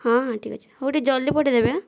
ହଁ ହଁ ଠିକ୍ ଅଛି ହେଉ ଟିକିଏ ଜଲ୍ଦି ପଠେଇଦେବେ ହେଁ